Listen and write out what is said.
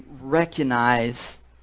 recognize